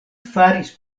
faris